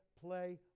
play